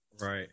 Right